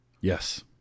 Yes